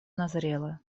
назрело